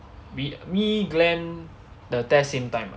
we me glen the test same time